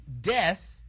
death